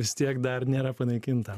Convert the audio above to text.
vis tiek dar nėra panaikinta